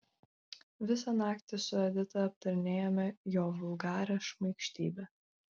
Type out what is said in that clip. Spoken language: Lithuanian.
visą naktį su edita aptarinėjome jo vulgarią šmaikštybę